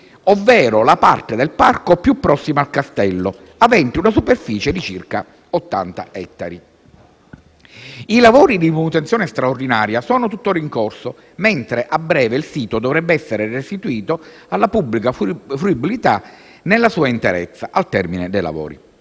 ovvero la parte del parco più prossima al castello, avente una superficie di circa 80 ettari. I lavori di manutenzione straordinaria sono tuttora in corso, mentre a breve il sito dovrebbe essere restituito alla pubblica fruibilità nella sua interezza, al termine dei lavori.